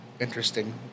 interesting